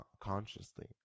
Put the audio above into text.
consciously